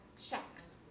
shacks